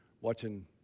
watching